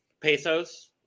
Pesos